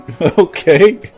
Okay